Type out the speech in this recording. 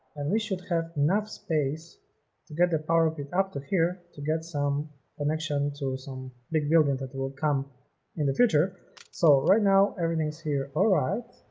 and we should have enough space to get the power of it up to here to get some connection to some big building that will come in the future so right now everything's here alright